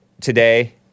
today